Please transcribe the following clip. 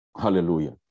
Hallelujah